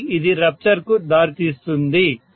కాబట్టి ఇది రప్చర్ కు దారితీస్తుంది